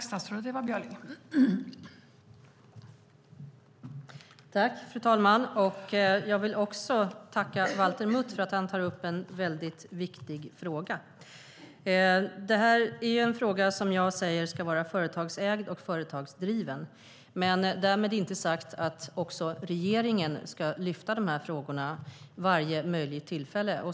Fru talman! Jag vill tacka Valter Mutt för att han tar upp en mycket viktig fråga. Detta är en fråga som jag säger ska vara företagsägd och företagsdriven. Men därmed inte sagt att inte också regeringen ska lyfta fram dessa frågor vid varje möjligt tillfälle.